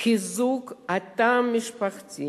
חיזוק התא המשפחתי